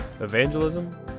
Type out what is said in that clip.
evangelism